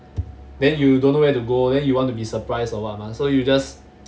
then you don't know where to go then you want to be surprised or what mah so you just